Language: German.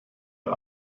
der